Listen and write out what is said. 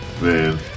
Man